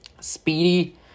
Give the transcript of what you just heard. Speedy